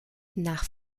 nach